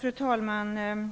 Fru talman! Jag